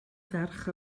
ferch